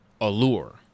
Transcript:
allure